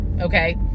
okay